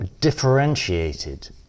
Differentiated